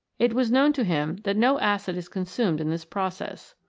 it was known to him that no acid is consumed in this process.